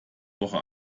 woche